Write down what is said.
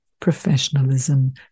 professionalism